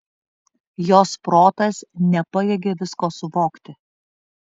jos protas nepajėgė visko suvokti